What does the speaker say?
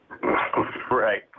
Right